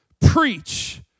preach